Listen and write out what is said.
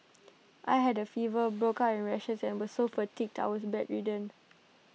I had A fever broke out in rashes and was so fatigued I was bedridden